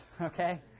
okay